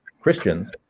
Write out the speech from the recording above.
Christians